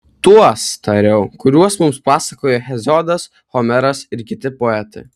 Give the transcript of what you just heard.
tuos tariau kuriuos mums pasakojo heziodas homeras ir kiti poetai